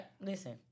Listen